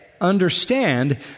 understand